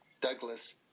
Douglas